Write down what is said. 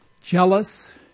jealous